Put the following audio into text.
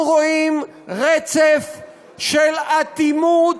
אנחנו רואים רצף של אטימות,